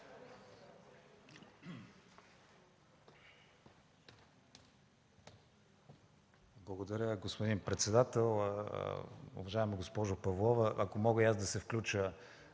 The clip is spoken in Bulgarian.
Благодаря, господин председател. Уважаема госпожо Павлова, ако мога и аз да се включа